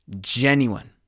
genuine